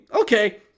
Okay